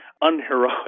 unheroic